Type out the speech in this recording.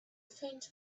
faint